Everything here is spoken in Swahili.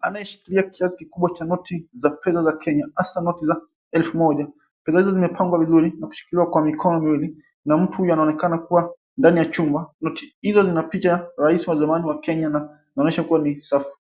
Anayeshikilia kiasi kikubwa cha noti za fedha za Kenya, hasa noti za 1000. Fedha hizo zimepangwa vizuri na kushikiliwa kwa mikono miwili na mtu huyu anaonekana kuwa ndani ya chumba. Noti hizo zinapitia rais wa zamani wa Kenya na zinaonyesha kuwa ni